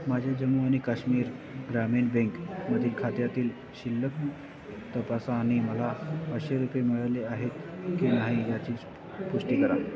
माझ्या जम्मू आणि काश्मीर ग्रामीण बँकमधील खात्यातील शिल्लक तपासा आणि मला पाचशे रुपये मिळाले आहेत की नाही याची पुष्टी करा